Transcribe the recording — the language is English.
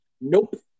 Nope